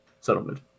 settlement